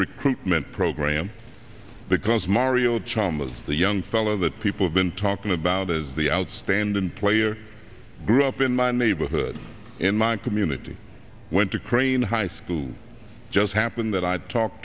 recruitment program because mario chalmers the young fellow that people have been talking about is the outstanding player grew up in my neighborhood in my community went to crane high school just happen that i talk